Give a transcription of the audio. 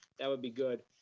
that would be good.